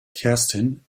kerstin